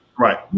Right